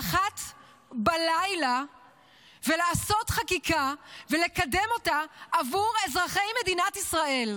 01:00 ולעשות חקיקה ולקדם אותה עבור אזרחי מדינת ישראל,